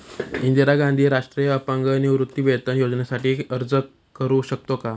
इंदिरा गांधी राष्ट्रीय अपंग निवृत्तीवेतन योजनेसाठी अर्ज करू शकतो का?